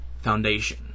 foundation